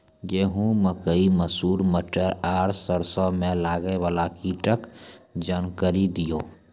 गेहूँ, मकई, मसूर, मटर आर सरसों मे लागै वाला कीटक जानकरी दियो?